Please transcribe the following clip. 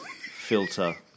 Filter